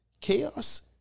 chaos